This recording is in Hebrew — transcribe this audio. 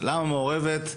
למה מעורבת?